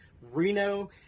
Reno